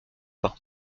pas